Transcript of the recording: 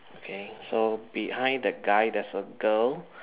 okay so behind that guy there's a girl